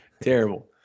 Terrible